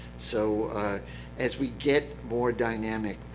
so as we get more dynamic,